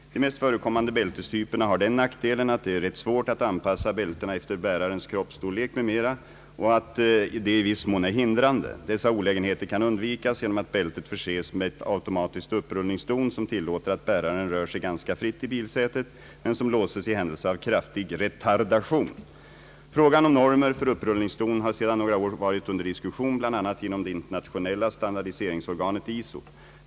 De mest förekommande bältestyperna har den nackdelen, att det är rätt svårt att anpassa bältena efter bärarens kroppsstorlek m.m. och att de i viss mån är hindrande. Dessa olägenheter kan undvikas genom att bältet förses med ett automatiskt upprullningsdon, som tillåter att bäraren rör sig ganska fritt i bilsätet men som låses i händelse av kraftig retardation i'någon riktning. Frågan om normer för upprullningsdon har sedan några år varit under diskussion bl.a. inom det internationella standardiseringsorganet ISO.